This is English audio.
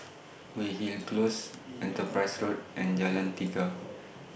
Weyhill Close Enterprise Road and Jalan Tiga